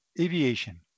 aviation